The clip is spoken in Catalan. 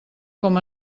com